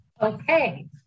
Okay